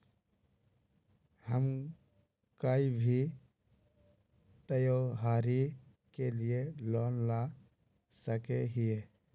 हम कोई भी त्योहारी के लिए लोन ला सके हिये?